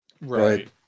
Right